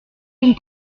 une